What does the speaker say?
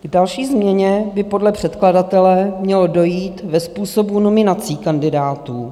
K další změně by podle předkladatele mělo dojít ve způsobu nominací kandidátů.